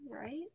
Right